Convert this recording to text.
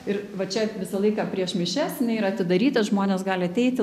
ir va čia visą laiką prieš mišias jinai yra atidaryta žmonės gali ateiti